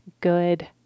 good